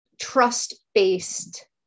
trust-based